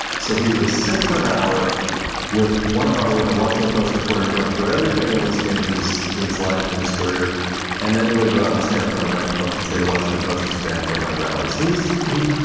so, he would sit for an hour with one of our, with a washington post reporter going through everything in his, in his, his life and his career and then he would go out and stand in front of the microphones and say the washington post is banned from my rallies. he's, he,